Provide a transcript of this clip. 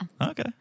Okay